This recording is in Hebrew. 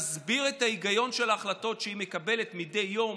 יסבירו את ההיגיון של ההחלטות שמתקבלות מדי יום,